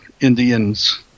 Indians